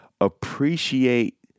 appreciate